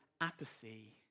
apathy